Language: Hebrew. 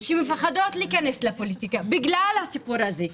שמפחדות להיכנס לפוליטיקה בגלל הסיפור הזה,